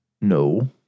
No